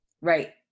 Right